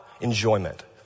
enjoyment